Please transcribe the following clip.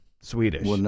Swedish